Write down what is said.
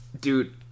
Dude